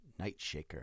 Nightshaker